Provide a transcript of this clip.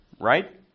right